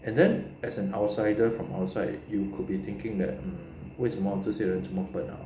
and then as an outsider from outside you could be thinking that 为什么这些人这么